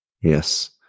Yes